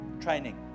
training